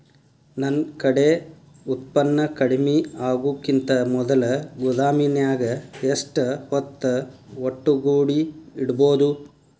ನನ್ ಕಡೆ ಉತ್ಪನ್ನ ಕಡಿಮಿ ಆಗುಕಿಂತ ಮೊದಲ ಗೋದಾಮಿನ್ಯಾಗ ಎಷ್ಟ ಹೊತ್ತ ಒಟ್ಟುಗೂಡಿ ಇಡ್ಬೋದು?